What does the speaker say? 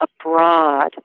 abroad